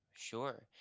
sure